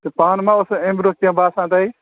پانہٕ ما اوسوٕ اَمہِ برٛونٛہہ کیٚنٛہہ باسان تۄہہِ